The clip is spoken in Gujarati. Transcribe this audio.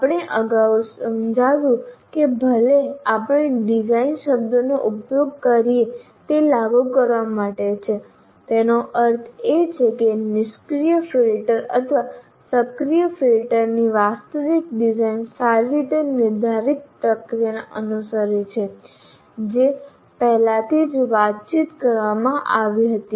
આપણે અગાઉ સમજાવ્યું છે કે ભલે આપણે ડિઝાઇન શબ્દનો ઉપયોગ કરીએ તે લાગુ કરવા માટે છે તેનો અર્થ એ છે કે નિષ્ક્રિય ફિલ્ટર અથવા સક્રિય ફિલ્ટરની વાસ્તવિક ડિઝાઇન સારી રીતે નિર્ધારિત પ્રક્રિયાને અનુસરે છે જે પહેલાથી જ વાતચીત કરવામાં આવી હતી